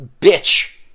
bitch